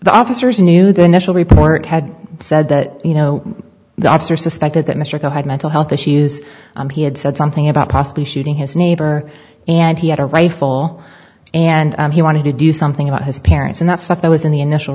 the officers knew the initial report had said that you know the suspected that mr coe had mental health issues he had said something about possibly shooting his neighbor and he had a rifle and he wanted to do something about his parents and that stuff that was in the initi